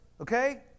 okay